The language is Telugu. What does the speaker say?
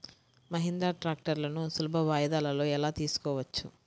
మహీంద్రా ట్రాక్టర్లను సులభ వాయిదాలలో ఎలా తీసుకోవచ్చు?